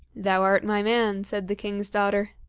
thou art my man, said the king's daughter.